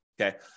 Okay